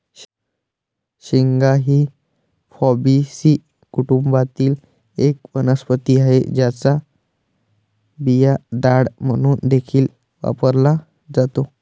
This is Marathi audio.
शेंगा ही फॅबीसी कुटुंबातील एक वनस्पती आहे, ज्याचा बिया डाळ म्हणून देखील वापरला जातो